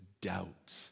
doubt